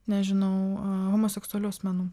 nežinau homoseksualių asmenų